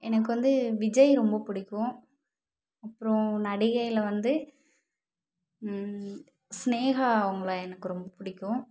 எனக்கு வந்து விஜய் ரொம்ப பிடிக்கும் அப்புறம் நடிகையில் வந்து சினேகா அவங்கள எனக்கு ரொம்ப பிடிக்கும்